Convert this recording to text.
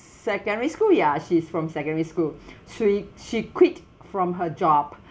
secondary school ya she's from secondary school she she quit from her job